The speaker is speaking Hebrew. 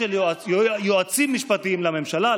לא יועץ משפטי לממשלה,